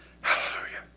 Hallelujah